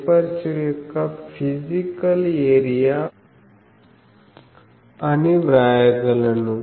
aperture యొక్క physical area అని వ్రాయగలను